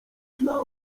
dla